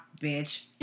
Bitch